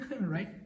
right